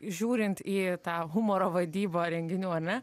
žiūrint į tą humoro vadybą renginių ar ne